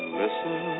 listen